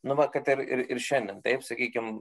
nu va kad ir ir ir šiandien taip sakykim